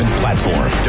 platform